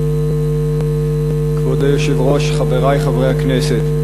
כבוד היושב-ראש, חברי חברי הכנסת,